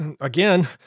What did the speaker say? again